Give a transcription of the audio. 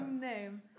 name